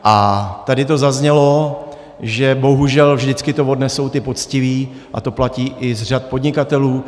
A tady to zaznělo, že bohužel vždycky to odnesou ti poctiví, a to platí i z řad podnikatelů.